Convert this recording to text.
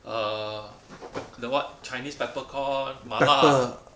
err the what chinese peppercorn 麻辣